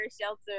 shelter